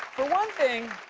for one thing,